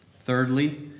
Thirdly